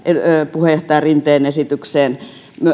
puheenjohtaja rinteen esitykseen